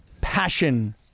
passion